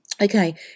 Okay